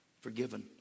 forgiven